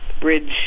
bridge